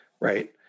right